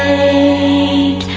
a